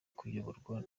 kuyoborwa